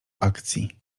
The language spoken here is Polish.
akcji